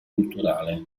culturale